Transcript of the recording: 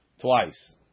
twice